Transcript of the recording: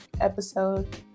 episode